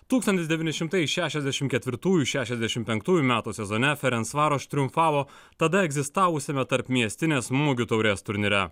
tūkstantis devyni šimtai šešiasdešim ketvirtųjų šešiasdešim penktųjų metų sezone ferensvaroš triumfavo tada egzistavusiame tarpmiestinės mugių taurės turnyre